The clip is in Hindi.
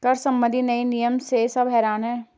कर संबंधी नए नियम से सब हैरान हैं